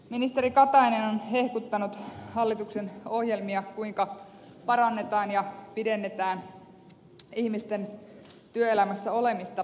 ministeri katainen on hehkuttanut hallituksen ohjelmia kuinka parannetaan ja pidennetään ihmisten työelämässä olemista